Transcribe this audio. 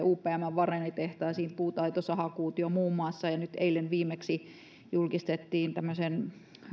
upmn vaneritehtaisiin puutaito sahakuutio muun muassa ja eilen viimeksi julkistettiin tämmöinen